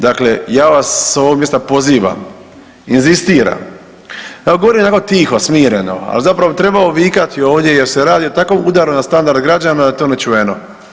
Dakle, ja vas s ovog mjesta pozivam, inzistiram ja govorim ovako tiho, smireno, ali zapravo bi trebao vikati ovdje jer se radi o takvom udaru na standard građana da je to nečuveno.